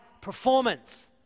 performance